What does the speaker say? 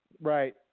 Right